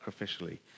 sacrificially